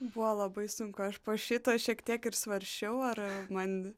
buvo labai sunku aš po šito šiek tiek ir svarsčiau ar man